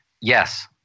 Yes